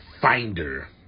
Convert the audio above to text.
finder